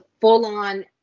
full-on